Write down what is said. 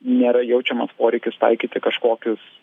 nėra jaučiamas poreikis taikyti kažkokius